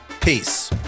Peace